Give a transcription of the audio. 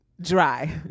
Dry